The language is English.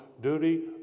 duty